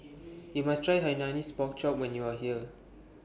YOU must Try Hainanese Pork Chop when YOU Are here